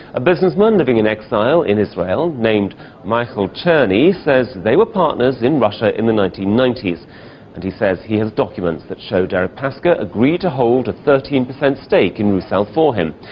a businessman living in exile in israel named michael cherney says they were partners in russia in the nineteen ninety s and he says he has documents that show deripaska agreed to hold a thirteen per cent stake in rusal for him.